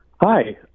Hi